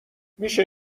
میشه